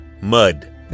mud